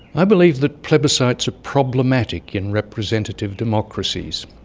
i believe that plebiscites are problematic in representative democracies.